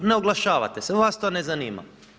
Ne oglašavate se, vas to ne zanima.